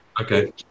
okay